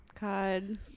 God